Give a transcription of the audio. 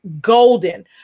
golden